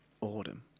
Autumn